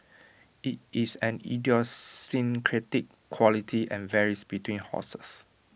IT is an idiosyncratic quality and varies between horses